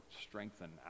strengthen